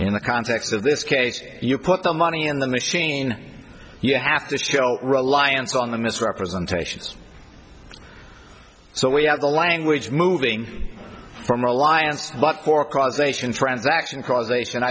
in the context of this case you put the money in the machine you have to show reliance on the misrepresentations so we have the language moving from reliance but for causation transaction causation